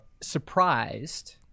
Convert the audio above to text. Surprised